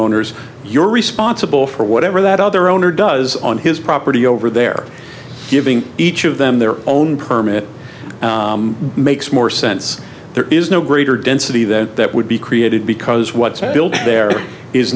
owners you're responsible for whatever that other owner does on his property over there giving each of them their own permit makes more sense there is no greater density then that would be created because